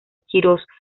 quirós